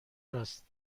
راست